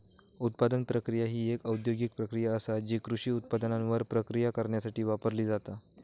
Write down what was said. उत्पादन प्रक्रिया ही एक औद्योगिक प्रक्रिया आसा जी कृषी उत्पादनांवर प्रक्रिया करण्यासाठी वापरली जाता